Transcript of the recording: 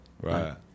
Right